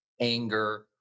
anger